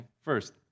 First